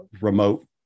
remote